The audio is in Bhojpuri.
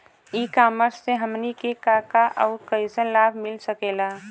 ई कॉमर्स से हमनी के का का अउर कइसन लाभ मिल सकेला?